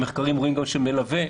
במחקרים רואים שמלווה.